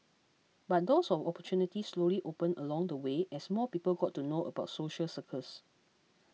but doors of opportunity slowly opened along the way as more people got to know about social circus